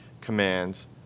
commands